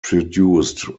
produced